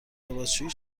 لباسشویی